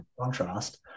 Contrast